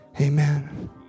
Amen